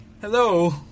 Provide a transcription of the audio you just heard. Hello